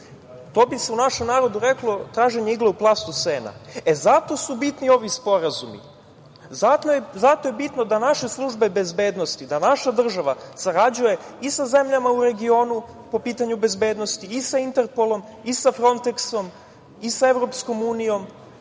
To bi se u našem narodu reklo, traženje igle u plastu sena. Zato su bitni ovi sporazumi, zato je bitno da naše službe bezbednosti, da naša država sarađuje i sa zemljama u regionu po pitanju bezbednosti i sa Interpolom i sa Fronteskom i sa EU i sa mnogim